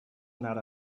anar